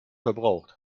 verbraucht